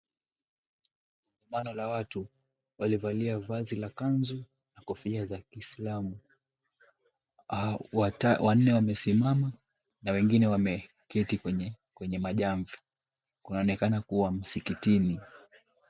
Kongamano la watu waliovalia vazi la kanzu na kofia za kislamu, wanne wamesimama na wengine wameketi kwenye majamvi. Kunaonekana kuwa msikitini.